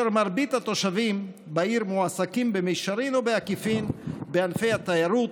מרבית התושבים בעיר מועסקים במישרין או בעקיפין בענפי התיירות,